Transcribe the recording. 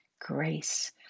Grace